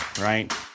right